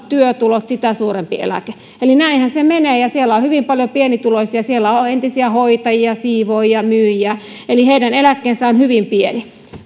työtulot sitä suurempi eläke näinhän se menee siellä on hyvin paljon pienituloisia siellä on entisiä hoitajia siivoojia myyjiä eli heidän eläkkeensä on hyvin pieni